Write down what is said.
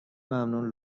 ممنون